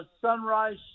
sunrise